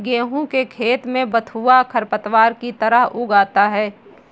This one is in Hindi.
गेहूँ के खेत में बथुआ खरपतवार की तरह उग आता है